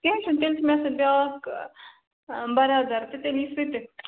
کیٚنٛہہ چھُنہٕ تیٚلہِ چھُ مےٚ سۭتۍ بیٛاکھ بَرادر تہٕ تیٚلہِ یِیہِ سُہ تہِ